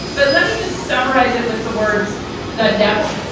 but let me just summarize it with the words the devil,